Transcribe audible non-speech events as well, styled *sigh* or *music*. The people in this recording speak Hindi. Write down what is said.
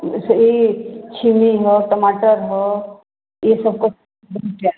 जैसे यह छिमी हो टमाटर हो यह सबको *unintelligible*